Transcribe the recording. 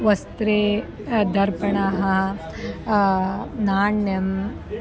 वस्त्रे दर्पणाः नाण्यम्